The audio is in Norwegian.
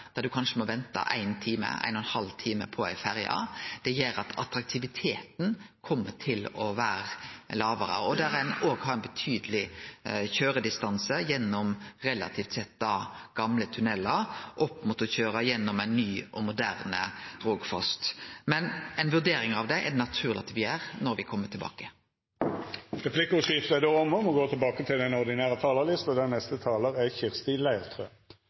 kanskje må vente éin time, ein og ein halv time, på ei ferje. Det gjer at attraktiviteten kjem til å vere lågare, og det vil bli ein betydeleg køyredistanse gjennom relativt sett gamle tunnelar, opp mot å køyre gjennom eit nytt og moderne Rogfast-prosjekt. Men ei vurdering av det er det naturleg at me gjer når me kjem tilbake. Replikkordskiftet er dermed omme.